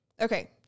okay